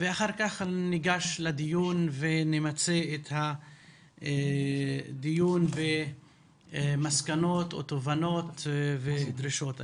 אחר כך ניגש לדיון ונמצה את הדיון במסקנות או תובנות ודרישות.